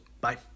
Bye